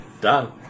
Done